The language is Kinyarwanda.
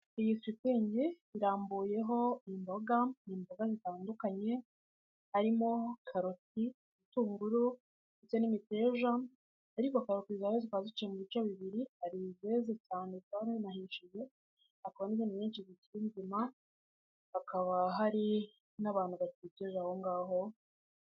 Iyi shitingi irambuyeho imboga, ni imboga zitandukanye harimo karoti, ibitunguru ndetse n'imiteja ariko karoti zihari zikaba ziciye mu bice bibiri, hari izeze cyane zikaba zinahishije kandi hejuru hakaba n'izindi nyinshi zikiri nzima hakaba hari n'abantu bakikije aho ngaho.